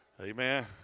Amen